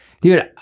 dude